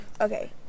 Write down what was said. okay